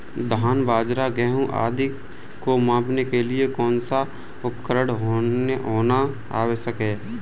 धान बाजरा गेहूँ आदि को मापने के लिए कौन सा उपकरण होना आवश्यक है?